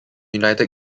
united